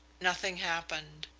nothing happened.